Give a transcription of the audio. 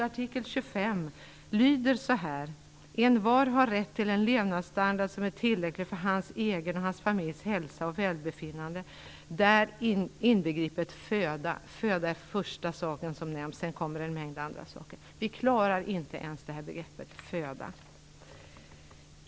Artikel 25 lyder på följande sätt: Envar har rätt till en levnadsstandard som är tillräcklig för hans egen och hans familjs hälsa och välbefinnande, där inbegripet föda. Föda är det första som nämns, sedan kommer en mängd andra saker. Vi klarar inte ens det första, nämligen födan.